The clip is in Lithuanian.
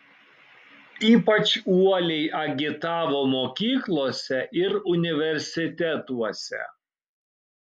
ypač uoliai agitavo mokyklose ir universitetuose